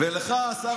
שר